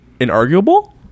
inarguable